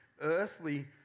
earthly